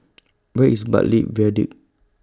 Where IS Bartley Viaduct